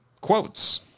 quotes